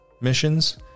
missions